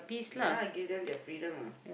ya I give them their freedom ah